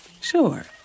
sure